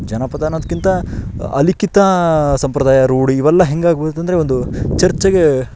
ಜನಪದ ಅನ್ನೋದಕ್ಕಿಂತ ಅಲಿಖಿತ ಸಂಪ್ರದಾಯ ರೂಢಿ ಇವೆಲ್ಲ ಹೆಂಗಾಗ್ಬಿಡುತ್ತೆ ಅಂದರೆ ಒಂದು ಚರ್ಚೆಗೆ